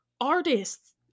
artists